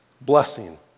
blessing